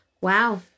Wow